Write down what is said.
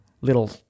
little